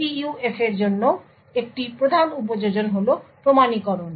PUF এর জন্য একটি প্রধান উপযোজন হল প্রমাণীকরণ